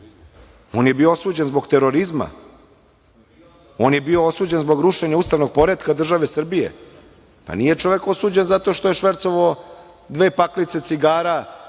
On je bio osuđen zbog terorizma. On je bio osuđen zbor rušenja ustavnog poretka države Srbije. Nije čovek osuđen zato što je švercovao dve paklice cigara